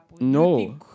No